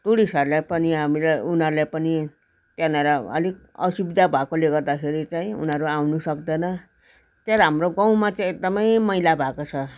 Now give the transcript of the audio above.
टुरिस्टहरूलाई पनि हामीले उनीहरूले पनि त्यहाँनेर अलिक असुविधा भएकोले गर्दाखेरि चाहिँ उनीहरू आउनु सक्दैन त्यहाँ हाम्रो गाउँमा चाहिँ एकदमै मैला भएको छ